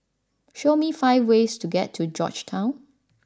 show me five ways to get to Georgetown